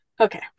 Okay